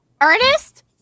Ernest